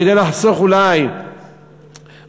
כדי לחסוך אולי בעלויות,